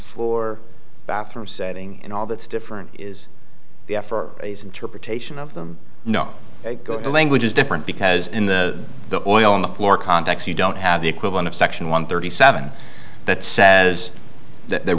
four bathroom setting and all that's different is the f or interpretation of them no the language is different because in the the oil in the floor context you don't have the equivalent of section one thirty seven that says th